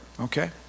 okay